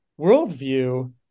worldview